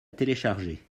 télécharger